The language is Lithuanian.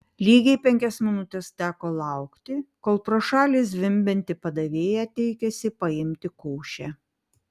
lygiai penkias minutes teko laukti kol pro šalį zvimbianti padavėja teikėsi paimti košę